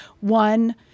one-